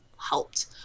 helped